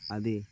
అది